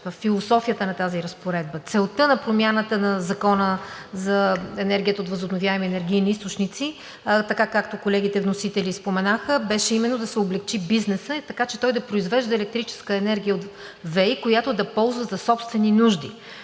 философията на тази разпоредба. Целта на промяната на Закона за енергията от възобновяеми енергийни източници така, както колегите вносители споменаха, беше именно да се облекчи бизнесът, така че той да произвежда електрическа енергия от ВЕИ, която да ползва за собствени нужди.